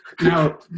Now